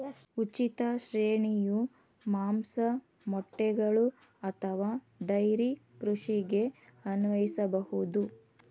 ಉಚಿತ ಶ್ರೇಣಿಯು ಮಾಂಸ, ಮೊಟ್ಟೆಗಳು ಅಥವಾ ಡೈರಿ ಕೃಷಿಗೆ ಅನ್ವಯಿಸಬಹುದು